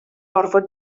orfod